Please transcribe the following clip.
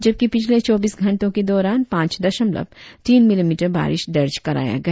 जबकि पिछले चौबीस घंटों के दौरान पांच दशमलव तीन मिलीमीटर बारिश दर्ज कराया गया